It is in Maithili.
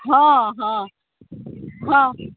हँ हँ हँ